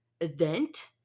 event